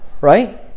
right